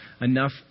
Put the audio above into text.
enough